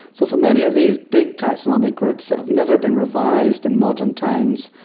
so for many of these big taxonomic groups that have never been revised in modern times,